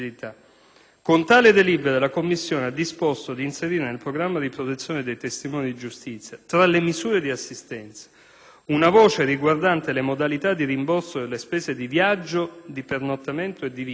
Con tale delibera la commissione ha disposto di inserire nel programma di protezione dei testimoni di giustizia, tra le misure di assistenza, una voce riguardante le modalità di rimborso delle spese di viaggio, di pernottamento e di vitto